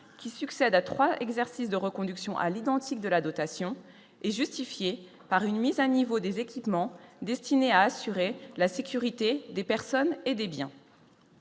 qui succède à 3 exercices de reconduction à l'identique de la dotation est justifié par une mise à niveau des équipements destinés à assurer la sécurité des personnes et des biens,